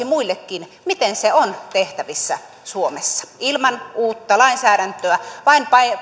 muillekin miten se on tehtävissä suomessa ilman uutta lainsäädäntöä vain